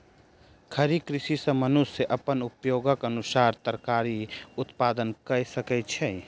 खड़ी कृषि सॅ मनुष्य अपन उपयोगक अनुसार तरकारी उत्पादन कय सकै छै